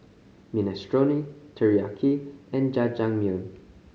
Minestrone Teriyaki and Jajangmyeon